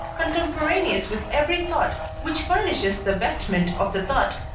cotemporaneous with every thought, which furnishes the vestment of the thought.